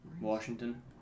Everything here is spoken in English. Washington